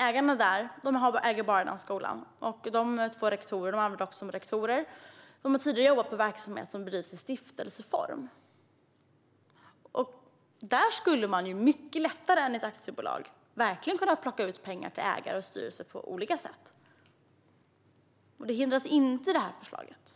Ägarna äger bara den skolan, och de arbetar som rektorer. De har tidigare arbetat i en verksamhet som bedrivits i stiftelseform. Där kan man mycket lättare än i ett aktiebolag plocka ut pengar till ägare och styrelse. Det kommer man inte åt med det här förslaget.